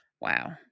wow